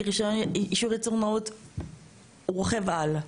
כי אישור ייצור נאות רוכב על.